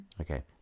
Okay